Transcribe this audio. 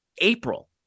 april